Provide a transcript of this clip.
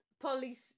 police